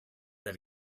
that